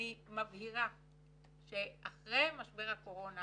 אני מבהירה שאחרי משבר הקורונה